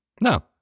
no